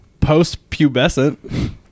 post-pubescent